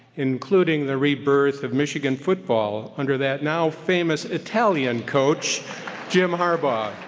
including the rebirth of michigan football under that now famous italian coach jim harbaugh,